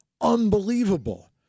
Unbelievable